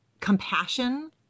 compassion